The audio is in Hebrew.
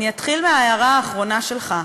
אני אתחיל מההערה האחרונה שלך.